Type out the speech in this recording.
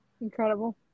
Incredible